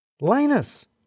Linus